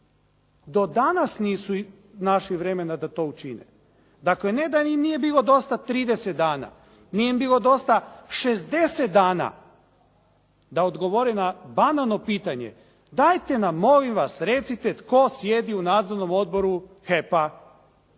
Do danas nisu našli vremena da to učine. Dakle, ne da im nije bilo dosta 30 dana, nije im bilo dosta 60 dana da odgovore na banalno pitanje. Dajte nam molim vas recite tko sjedi u Nadzornom odboru HEP-a,